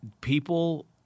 People